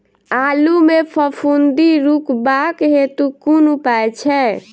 आलु मे फफूंदी रुकबाक हेतु कुन उपाय छै?